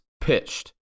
pitched